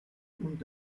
und